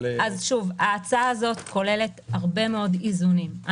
ההצעה הזאת כוללת הרבה מאוד איזונים.